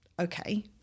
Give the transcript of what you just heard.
Okay